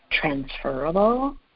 transferable